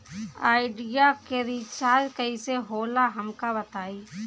Idea के recharge कईसे होला हमका बताई?